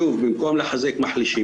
שוב, במקום לחזק מחלישים.